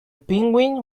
penguin